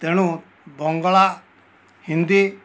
ତେଣୁ ବଙ୍ଗଳା ହିନ୍ଦୀ